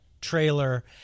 trailer